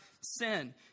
sin